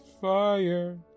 Fire